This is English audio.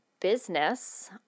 business